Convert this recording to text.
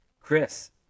Chris